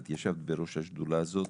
את ישבת בראש השדולה הזאת,